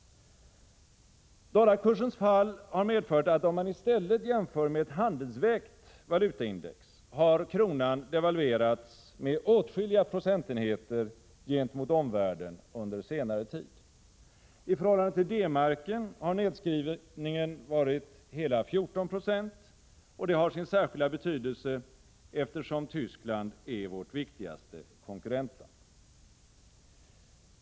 Dollarkursens fall har medfört att om man i stället jämför med ett handelsvägt valutaindex, har kronan devalverats med åtskilliga procentenheter gentemot omvärlden under senare tid. I förhållande till D-marken har nedskrivningen varit hela 14 96, vilket har sin särskilda betydelse, eftersom Tyskland är vårt viktigaste konkurrentland.